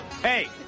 hey